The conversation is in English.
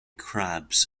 crabs